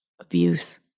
abuse